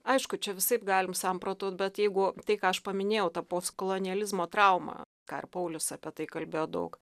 aišku čia visaip galim samprotaut bet jeigu tai ką aš paminėjau tą postkolonializmo traumą ką ir paulius apie tai kalbėjo daug